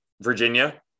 Virginia